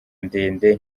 ndende